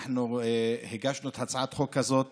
אנחנו הגשנו את הצעת החוק הזאת